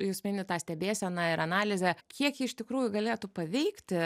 jūs minit tą stebėseną ir analizę kiek iš tikrųjų galėtų paveikti